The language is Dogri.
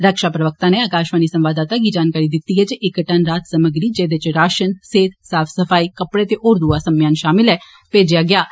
रक्षा प्रवक्ता नै आकाशवाणी संवाददाता गी जानकारी दिती ऐ जे इक टन राहत समग्री जेदे च राशन सेहत साफ सफाई कपड़े ते होर दुआ समयान शामिल ऐ भेजेआ गेआ ऐ